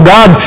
God